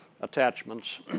attachments